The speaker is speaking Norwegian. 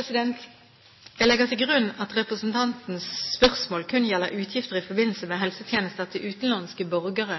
Jeg legger til grunn at representantens spørsmål kun gjelder utgifter i forbindelse med helsetjenester til utenlandske borgere